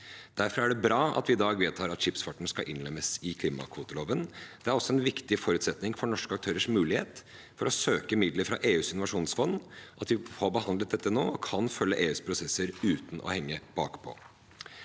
Derfor er det bra at vi i dag vedtar at skipsfarten skal innlemmes i klimakvoteloven. Det er også en viktig forutsetning for norske aktørers mulighet til å søke midler fra EUs innovasjonsfond at vi får behandlet dette nå og kan følge EUs prosesser uten å henge bakpå.